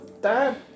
Dad